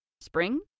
Spring